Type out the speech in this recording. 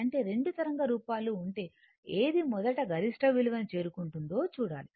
అంటే రెండు తరంగ రూపాలు ఉంటే ఏది మొదట గరిష్ట విలువను చేరుకుంటుందో చూడాలి